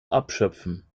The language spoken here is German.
abschöpfen